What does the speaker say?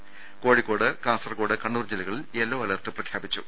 ക്യോഴിക്കോട് കാസർകോട് കണ്ണൂർ ജില്ലകളിൽ yellow alert പ്രഖ്യാപിച്ചു